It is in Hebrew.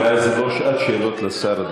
חברים, זו לא שעת שאלות לשר.